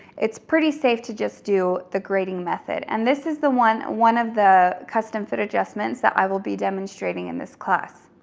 it's pretty safe to just do the grading method. and this is the one one of the custom fit adjustments that i will be demonstrating in this class.